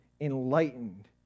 enlightened